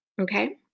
Okay